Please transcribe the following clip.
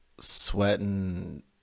sweating